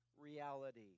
reality